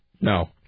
No